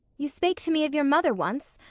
you spake to me of your mother once.